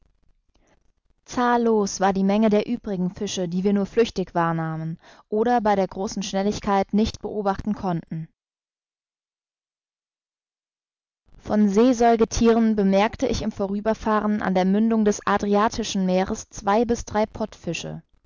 zahllos war die menge der übrigen fische die wir nur flüchtig wahrnahmen oder bei der großen schnelligkeit nicht beobachten konnten von seesäugethieren bemerkte ich im vorüberfahren an der mündung des adriatischen meeres zwei bis drei